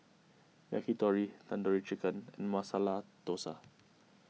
Yakitori Tandoori Chicken and Masala Dosa